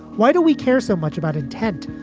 why do we care so much about intent?